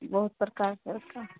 बहुत प्रकार से होता हे